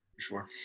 sure